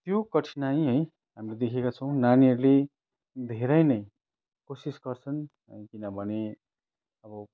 त्यो कठिनाइ है हामीले देखेका छौँ नानीहरूले धेरै नै कोसिस गर्छन किनभने अब